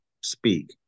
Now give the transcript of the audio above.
speak